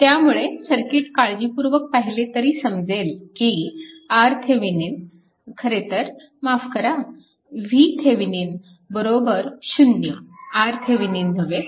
त्यामुळे सर्किट काळजीपूर्वक पाहिले तरी समजेल की RThevenin खरेतर माफ करा VThevenin 0 RThevenin नव्हे